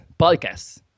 podcast